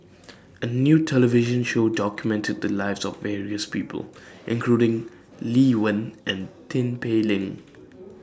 A New television Show documented The Lives of various People including Lee Wen and Tin Pei Ling